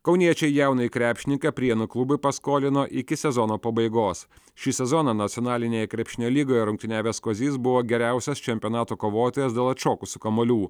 kauniečiai jaunąjį krepšininką prienų klubui paskolino iki sezono pabaigos šį sezoną nacionalinėje krepšinio lygoje rungtyniavęs kozys buvo geriausias čempionato kovotojas dėl atšokusių kamuolių